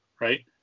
right